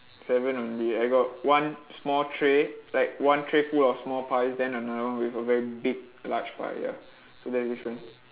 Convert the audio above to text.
seven only I got one small tray like one tray full of small pies then another one with a very big large pie ya so that's different